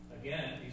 again